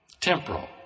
temporal